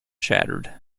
shattered